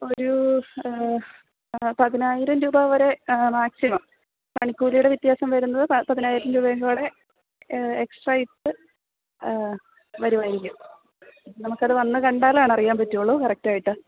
ഒരു പതിനായിരം രൂപ വരെ മാക്സിമം പണിക്കൂലിയുടെ വ്യത്യാസം വരുന്നത് നാല്പതിനായിരം രൂപയും കൂടെ എക്സ്ട്രാ ഇട്ട് വരുമായിരിക്കും നമ്മള്ക്കത് വന്നു കണ്ടാലാണറിയാന് പറ്റുകയുള്ളൂ കറക്റ്റായിട്ട്